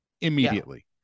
immediately